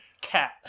Cat